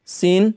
চীন